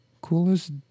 Coolest